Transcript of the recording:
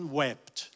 wept